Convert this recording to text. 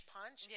punch